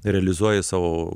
realizuoji savo